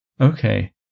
Okay